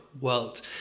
world